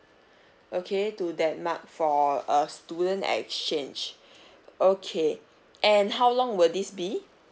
okay to denmark for uh student exchange okay and how long will this be